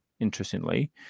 interestingly